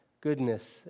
goodness